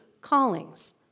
callings